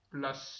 Plus